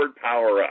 Power-Up